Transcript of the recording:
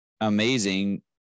amazing